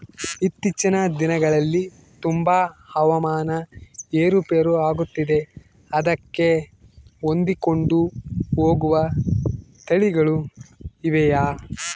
ಇತ್ತೇಚಿನ ದಿನಗಳಲ್ಲಿ ತುಂಬಾ ಹವಾಮಾನ ಏರು ಪೇರು ಆಗುತ್ತಿದೆ ಅದಕ್ಕೆ ಹೊಂದಿಕೊಂಡು ಹೋಗುವ ತಳಿಗಳು ಇವೆಯಾ?